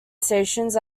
stations